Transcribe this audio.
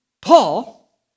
Paul